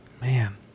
man